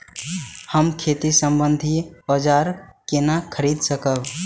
हम खेती सम्बन्धी औजार केना खरीद करब?